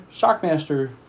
Shockmaster